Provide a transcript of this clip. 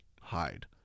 hide